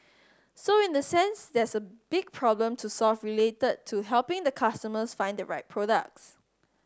so in the sense there's a big problem to solve related to helping the customers find the right products